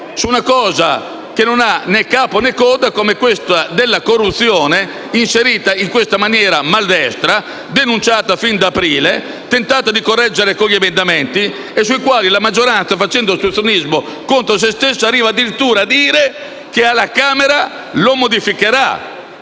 Su un aspetto che non ha né capo né coda, come la questione della corruzione inserita in maniera maldestra, denunciata fin da aprile e che si è tentato di correggere con emendamenti sui quali la maggioranza, facendo ostruzionismo contro se stessa, arriva addirittura a dire che alla Camera lo modificherà.